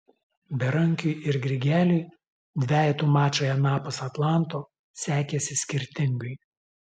berankiui ir grigeliui dvejetų mačai anapus atlanto sekėsi skirtingai